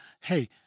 Hey